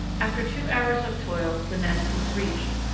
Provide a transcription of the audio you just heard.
after two hours of toil the nest was reached,